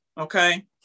Okay